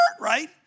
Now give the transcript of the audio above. right